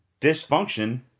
dysfunction